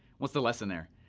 what's the lesson there?